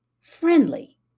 friendly